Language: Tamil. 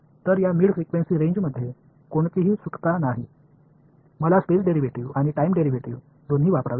எனவே இந்த இடைநிலை அதிர்வெண் வரம்பில் தப்பிக்க முடியாது நான் ஸ்பேஸ் டிரைவேடிவ் மற்றும் டைம் டிரைவேடிவ் இரண்டையும் பயன்படுத்த வேண்டும்